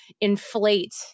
inflate